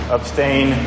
Abstain